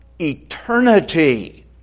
eternity